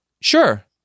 Sure